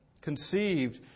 conceived